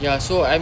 ya so I'm